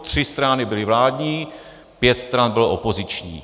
Tři strany byly vládní, pět stran bylo opozičních.